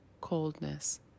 coldness